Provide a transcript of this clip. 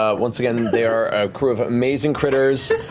ah once again, they are a crew of amazing critters.